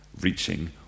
reaching